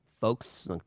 folks